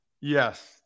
Yes